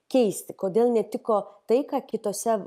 keisti kodėl netiko tai ką kitose